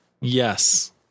yes